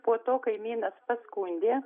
po to kaimynas paskundė